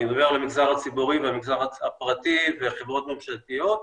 אני מדבר על המגזר הציבורי והפרטי ועל חברות ממשלתיות,